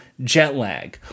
Jetlag